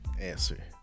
answer